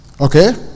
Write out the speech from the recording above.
Okay